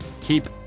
keep